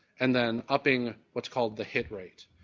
and then up being what's called the hit rate.